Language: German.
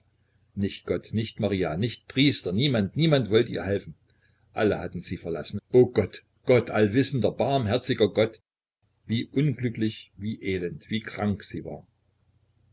nicht gott nicht maria nicht priester niemand niemand wollte ihr helfen alle hatten sie verlassen o gott gott allwissender barmherziger gott wie unglücklich wie elend wie krank sie war